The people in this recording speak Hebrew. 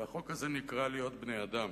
והחוק הזה נקרא: להיות בני-אדם.